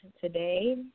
today